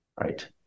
right